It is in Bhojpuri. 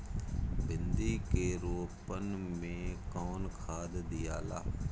भिंदी के रोपन मे कौन खाद दियाला?